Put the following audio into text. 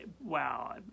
Wow